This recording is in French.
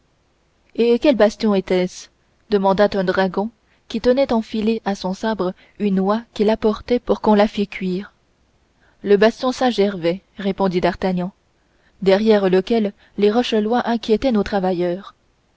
et quel bastion est-ce demanda un dragon qui tenait enfilée à son sabre une oie qu'il apportait pour qu'on la fît cuire le bastion saint-gervais répondit d'artagnan derrière lequel les rochelois inquiétaient nos travailleurs